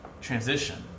transition